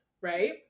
right